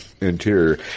interior